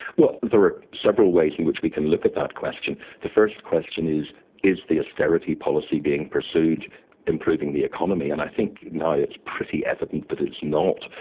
well, there are several ways in which we can look at that question. the first question is is the austerity policy being pursued improving the economy? and i think now it's pretty evident that it's not.